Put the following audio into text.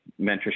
mentorship